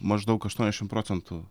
maždaug aštuoniasdešimt procentų